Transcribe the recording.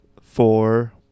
four